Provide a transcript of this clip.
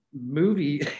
movie